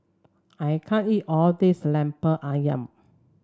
I can't eat all this Lemper ayam